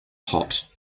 hot